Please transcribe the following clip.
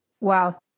Wow